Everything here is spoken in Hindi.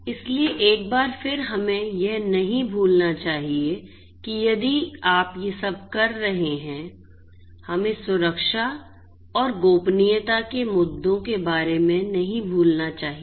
इसलिए एक बार फिर हमें यह नहीं भूलना चाहिए कि यदि आप ये सब कर रहे हैं हमें सुरक्षा और गोपनीयता के मुद्दों के बारे में नहीं भूलना चाहिए